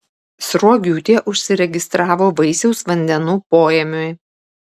sruogiūtė užsiregistravo vaisiaus vandenų poėmiui